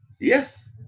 Yes